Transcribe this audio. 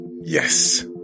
yes